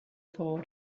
thought